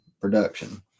production